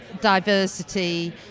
diversity